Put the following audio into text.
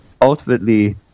ultimately